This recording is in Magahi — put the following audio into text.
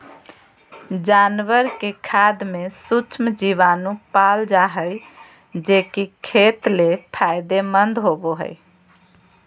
जानवर के खाद में सूक्ष्म जीवाणु पाल जा हइ, जे कि खेत ले फायदेमंद होबो हइ